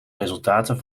resultaten